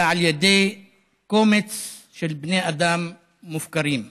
אלא על ידי קומץ של בני אדם מופקרים?"